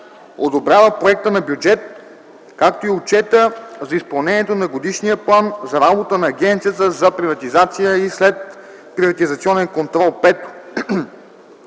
одобрява проекта на бюджет, както и отчета за изпълнението на годишния план за работа на Агенцията за приватизация и следприватизационен контрол; 5.